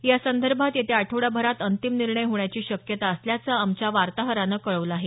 यासंदर्भात येत्या आठवडाभरात अंतिम निर्णय होण्याची शक्यता असल्याचं आमच्या वार्ताहरानं कळवलं आहे